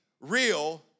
real